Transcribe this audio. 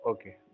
Okay